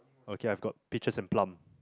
okay I've got peaches and plum